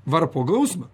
varpo gausmą